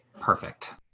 Perfect